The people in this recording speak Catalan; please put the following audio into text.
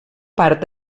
part